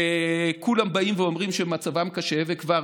כולם באים ואומרים שמצבם קשה, וכבר